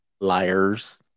liars